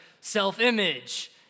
self-image